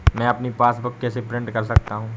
मैं अपनी पासबुक कैसे प्रिंट कर सकता हूँ?